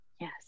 Yes